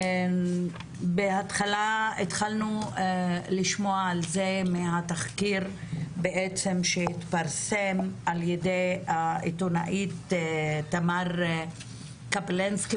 בהתחלה התחלנו לשמוע על זה מהתחקיר שהתפרסם ע"י העיתונאית תמר קפלנסקי,